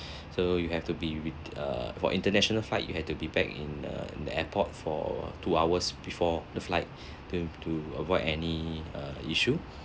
so you have to be with err for international flight you have to be back in the in the airport for two hours before the flight to to avoid any err issue